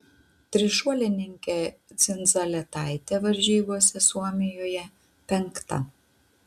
trišuolininkė dzindzaletaitė varžybose suomijoje penkta